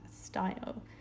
style